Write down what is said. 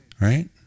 right